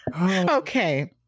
Okay